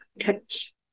touch